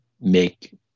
make